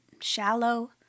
shallow